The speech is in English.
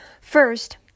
First